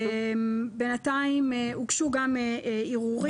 בינתיים הוגשו גם ערעורים --- לא,